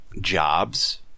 jobs